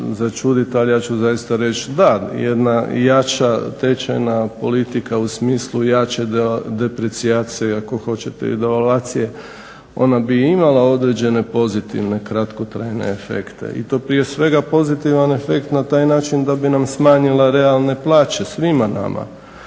začuditi, ali ja ću zaista reći, da jedna jača tečajna politika u smislu jače deprecijacije i devalvacije, ona bi bi imala određene i kratkotrajne efekte i to prije svega pozitivan efekt na taj način da bi nam smanjila realne plaće. Svima nama.